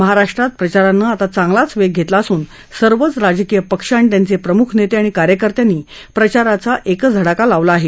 महाराष्ट्रात प्रचारानं चांगलाच वेग घेतला असून सर्वच राजकीय पक्ष आणि त्यांचे प्रमुख नेते आणि कार्यकर्त्यांनी प्रचाराचा एकच धूरळा उडवून दिला आहे